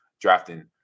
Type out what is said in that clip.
drafting